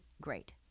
great